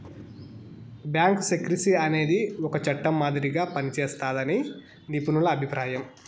bank secrecy అనేది ఒక చట్టం మాదిరిగా పనిజేస్తాదని నిపుణుల అభిప్రాయం